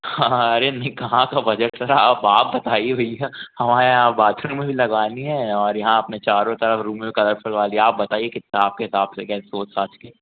हाँ हाँ अरे नहीं कहाँ का बजट अब आप बताइए भैया हमारे यहाँ बाथरूम में भी लगवानी है और यहाँ अपने चारों तरफ़ रूम में भी कलर आप बताइए कितना आपके हिसाब से क्या सोच साच कर